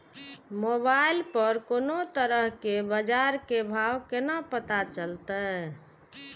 Mobile पर कोनो तरह के बाजार के भाव केना पता चलते?